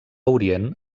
orient